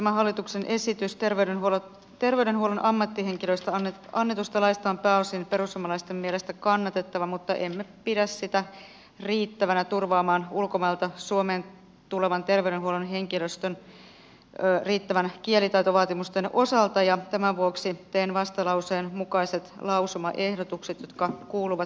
tämä hallituksen esitys terveydenhuollon ammattihenkilöistä annetusta laista on pääosin perussuomalaisten mielestä kannatettava mutta emme pidä sitä riittävänä turvaamaan ulkomailta suomeen tulevan terveydenhuollon henkilöstön riittäviä kielitaitovaatimuksia ja tämän vuoksi teen vastalauseen mukaiset lausumaehdotukset jotka kuuluvat seuraavasti